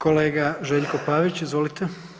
Kolega Željko Pavić, izvolite.